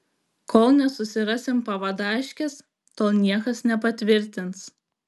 kol nesusirasim pavadaškės tol niekas nepatvirtins